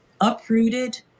uprooted